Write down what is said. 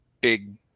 big